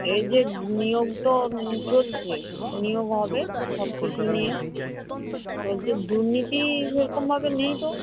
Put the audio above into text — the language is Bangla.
এই যে নিয়োগ তো চলছে নিয়োগ হবে সব কিছু নিয়ে দুর্নীতি সেরকমভাবে নেই তো